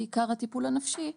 בעיקר הטיפול הנפשי,